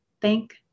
Thank